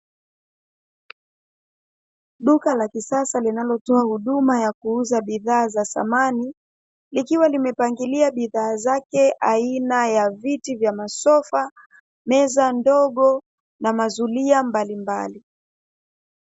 Duka la kisasa linalotoa huduma ya kuuza bidhaa, likiwa limepangilia bidhaa zake aina ya viti vya masofa, meza ndogo na mazulia mbalimbali.